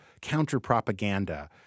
counter-propaganda